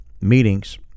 meetings